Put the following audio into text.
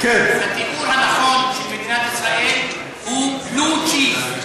התיקון הנכון של מדינת ישראל הוא "בלו צ'יז",